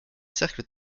cercles